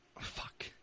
fuck